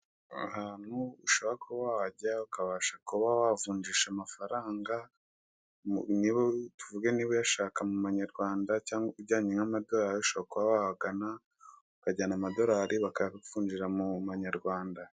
Ahantu ushobora kuba wajya ukabasha kuba kuvunjisha amfaranga, tuvuge niba uyashaka mu manyarwanda cyangwa unjyanye nk'amadorari ushobora kuba wahagana ukanjyana amadorari bakayakuvunjira mu manyarwanda.